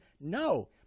no